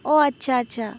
অঁ আচ্ছা আচ্ছা